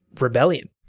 rebellion